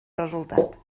resultat